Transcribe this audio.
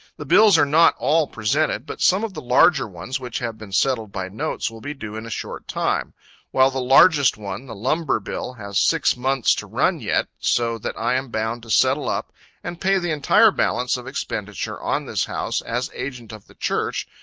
the bills are not all presented, but some of the larger ones which have been settled by notes will be due in a short time while the largest one, the lumber bill, has six months to run yet, so that i am bound to settle up and pay the entire balance of expenditure on this house, as agent of the church,